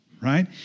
right